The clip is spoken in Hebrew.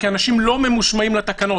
כי אנשים לא ממושמעים לתקנות.